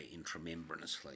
intramembranously